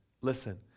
listen